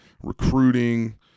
recruiting